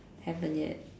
haven't yet